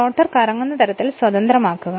rotor കറങ്ങുന്ന തരത്തിൽ സ്വതന്ത്രമാക്കുക